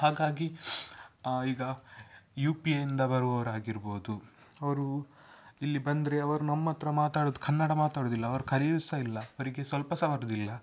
ಹಾಗಾಗಿ ಈಗ ಯು ಪಿಯಿಂದ ಬರುವವರಾಗಿರ್ಬೋದು ಅವರು ಇಲ್ಲಿ ಬಂದರೆ ಅವ್ರು ನಮ್ಮ ಹತ್ತಿರ ಮಾತಾಡುದು ಕನ್ನಡ ಮಾತಾಡುವುದಿಲ್ಲ ಅವ್ರು ಕಲ್ಯೂದು ಸಹ ಇಲ್ಲ ಅವರಿಗೆ ಸ್ವಲ್ಪ ಸಹ ಬರುವುದಿಲ್ಲ